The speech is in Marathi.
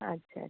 अच्छा अच्छा